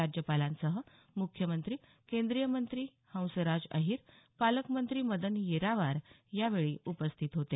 राज्यपालांसह मुख्यमंत्री केंद्रीय मंत्री हंसराज अहिर पालकमंत्री मदन येरावार यावेळी उपस्थित होते